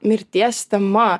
mirties tema